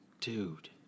Dude